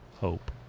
hope